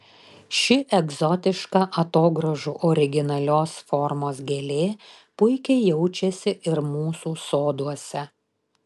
ši egzotiška atogrąžų originalios formos gėlė puikiai jaučiasi ir mūsų soduose